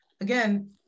Again